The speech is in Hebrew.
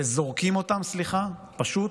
וזורקים אותם פשוט,